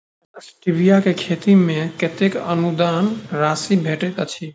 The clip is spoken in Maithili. स्टीबिया केँ खेती मे कतेक अनुदान राशि भेटैत अछि?